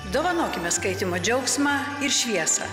dovanokime skaitymo džiaugsmą ir šviesą